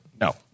No